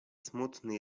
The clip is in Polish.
smutny